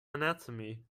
anatomy